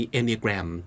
Enneagram